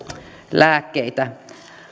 lääkkeitä